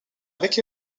avec